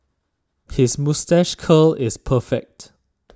his moustache curl is perfect